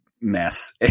mess